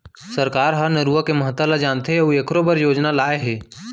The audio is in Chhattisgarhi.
सरकार ह नरूवा के महता ल जानथे अउ एखरो बर योजना लाए हे